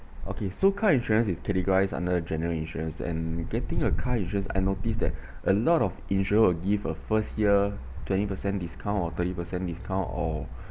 okay so car insurance is categorised under general insurance and getting a car insurance I noticed that a lot of insurer will give a first year twenty percent discount or thirty percent discount or